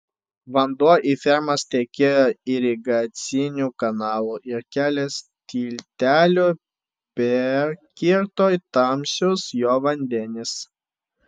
vanduo į fermas tekėjo irigaciniu kanalu ir kelias tilteliu perkirto tamsius jo vandenis